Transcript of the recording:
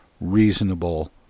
reasonable